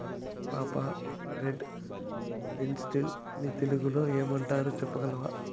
పాపా, red lentils ని తెలుగులో ఏమంటారు చెప్పగలవా